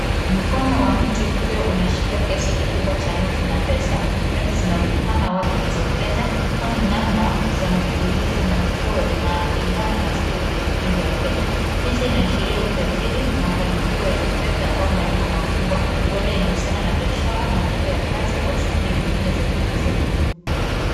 Mkono wa mtu ukiwa unashika kiasi kikubwa cha noti na pesa. Noti zinaonekana wazi ni za Kenya kwani namba za mfululizo na michoro zinalingana na zile za shilingi ya Kenya. Picha inaashiria utajiri, mafanikio ya kifedha au malipo makubwa. Huenda inahusiana na biashara, malipo ya kazi au shughuli nyingine za kiuchumi.